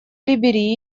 либерии